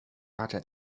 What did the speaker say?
发展